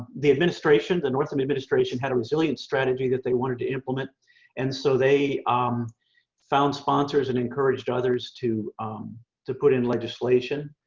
the administration, the northam administration had a resilience strategy that they wanted to implement and so they um found sponsors and encouraged others to to put in legislation.